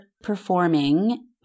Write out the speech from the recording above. performing